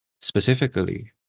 specifically